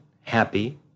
happy